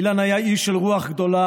אילן היה איש של רוח גדולה,